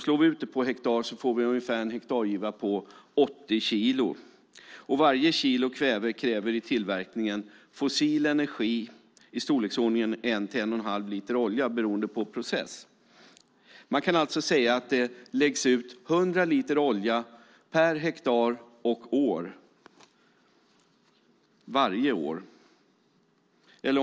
Slår vi ut det per hektar får vi en hektargiva på ungefär 80 kilo. Varje kilo kväve kräver i tillverkningen fossil energi i storleksordningen 1 till 1 1⁄2 liter olja beroende på process. Man kan alltså säga att det läggs ut 100 liter olja per hektar och år, varje år.